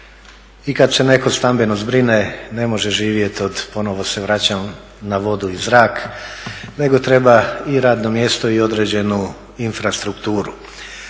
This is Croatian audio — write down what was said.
i kad se netko stambeno zbrine ne može živjeti od, ponovo se vraćam na vodu i zrak, nego treba i radno mjesto i određenu infrastrukturu.